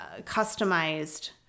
customized